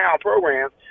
programs